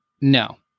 no